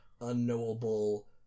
unknowable